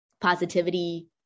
positivity